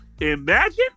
Imagine